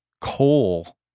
coal